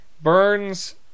Burns